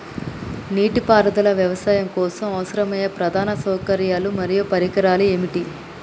నీటిపారుదల వ్యవసాయం కోసం అవసరమయ్యే ప్రధాన సౌకర్యాలు మరియు పరికరాలు ఏమిటి?